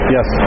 Yes